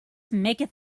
maketh